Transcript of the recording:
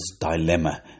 Dilemma